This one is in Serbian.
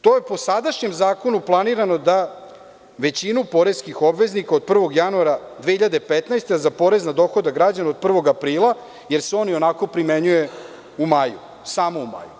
To je po sadašnjem zakonu planirano za većinu poreskih obveznika od 1. januara 2015. godine za porez na dohodak građana od 1. aprila, jer se on i onako primenjuje u maju, samo u maju.